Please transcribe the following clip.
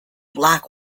black